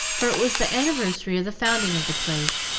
for it was the anniversary of the founding of the place,